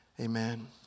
Amen